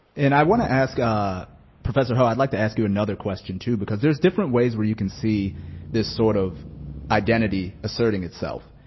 and i want to ask ah professor ho, i'd like to ask you another question, too, because there's different ways where you can see this sort of identity asserting itself.